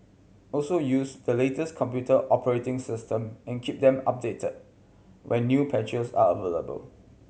also use the latest computer operating system and keep them updated when new patches are available